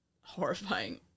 horrifying